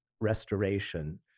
restoration